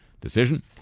decision